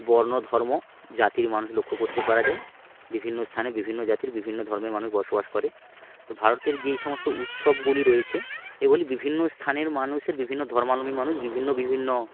বর্ণ ধর্ম জাতির মানুষ লক্ষ্য করতে পারা যায় বিভিন্ন স্থানে বিভিন্ন জাতির বিভিন্ন ধর্মের মানুষ বসবাস করে তো ভারতের যেই সমস্ত উৎসবগুলি রয়েছে এগুলি বিভিন্ন স্থানের মানুষের বিভিন্ন ধর্মাবলম্বী মানুষ বিভিন্ন বিভিন্ন